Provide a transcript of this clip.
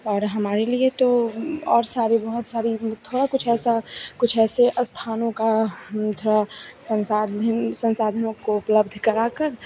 और हमारे लिए तो और सारे बहुत सारी थोड़ा कुछ ऐसा कुछ ऐसे स्थानों का थोड़ा संसाधनों को उपलब्ध कराकर